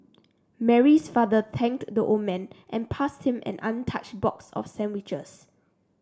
Mary's father thanked the old man and passed him an untouched box of sandwiches